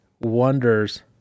wonders